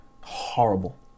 horrible